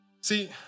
See